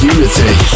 Unity